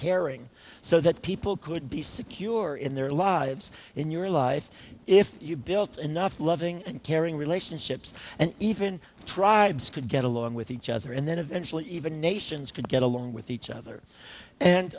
caring so that people could be secure in their lives in your life if you built enough loving and caring relationships and even tribes could get along with each other and then eventually even nations could get along with each other and